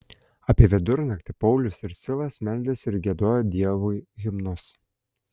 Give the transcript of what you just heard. apie vidurnaktį paulius ir silas meldėsi ir giedojo dievui himnus